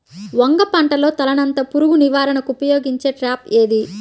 వంగ పంటలో తలనత్త పురుగు నివారణకు ఉపయోగించే ట్రాప్ ఏది?